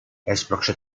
έσπρωξε